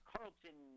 Carlton